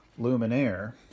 Luminaire